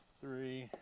three